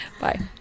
Bye